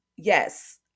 yes